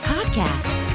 Podcast